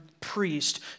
priest